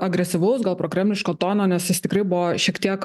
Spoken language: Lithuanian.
agresyvaus gal prokremliško tono nes jis tikrai buvo šiek tiek